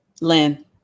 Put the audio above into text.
Lynn